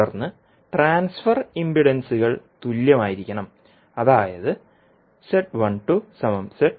തുടർന്ന് ട്രാൻസ്ഫർ ഇംപെൻഡൻസുകൾ തുല്യമായിരിക്കണം അതായത്